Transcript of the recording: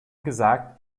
gesagt